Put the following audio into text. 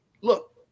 look